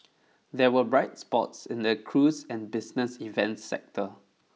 there were bright spots in the cruise and business events sectors